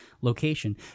location